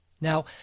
now